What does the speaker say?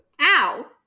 Ow